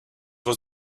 was